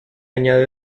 añade